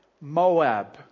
Moab